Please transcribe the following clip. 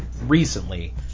recently